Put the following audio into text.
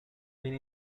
been